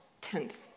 tense